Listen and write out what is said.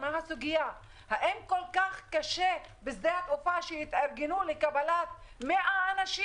האם כל כך קשה לשדה התעופה להתארגן לקבלת 100 אנשים?